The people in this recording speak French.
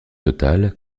totale